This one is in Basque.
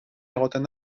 egoten